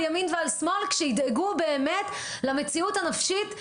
ימין ועל שמאל כשידאגו באמת למציאות הנפשית,